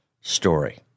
story